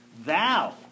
thou